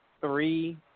three